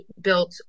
built